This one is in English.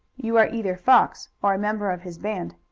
you are either fox or a member of his band.